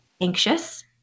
anxious